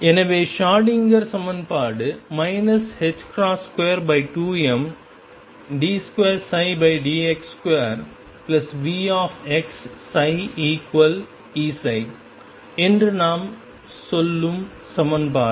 எனவே ஷ்ரோடிங்கர் சமன்பாடு 22md2dx2VψEψ என்று நாம் சொல்லும் சமன்பாடு